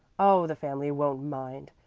oh, the family won't mind.